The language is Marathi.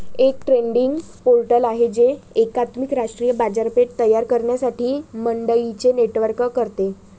एक ट्रेडिंग पोर्टल आहे जे एकात्मिक राष्ट्रीय बाजारपेठ तयार करण्यासाठी मंडईंचे नेटवर्क करते